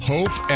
Hope